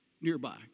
nearby